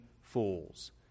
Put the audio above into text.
fools